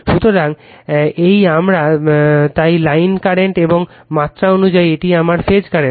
সুতরাং এই আমার তাই লাইন বর্তমান এবং মাত্রা অনুযায়ী এটি আমার ফেজ কারেন্ট